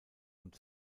und